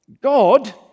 God